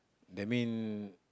that mean